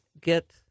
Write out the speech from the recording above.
get